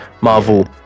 Marvel